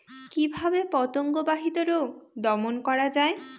কিভাবে পতঙ্গ বাহিত রোগ দমন করা যায়?